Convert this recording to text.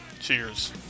cheers